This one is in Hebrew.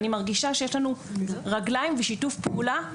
ואני מרגישה שיש לנו רגליים ושיתוף פעולה,